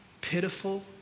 pitiful